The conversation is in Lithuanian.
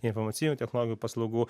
informacinių technologijų paslaugų